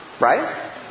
Right